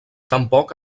tampoc